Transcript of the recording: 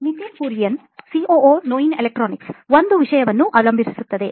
Nitin Kurian COO ನೋಯಿನ್ electronics ಒಂದು ವಿಷಯವನ್ನು ಅವಲಂಬಿಸಿರುತ್ತದೆ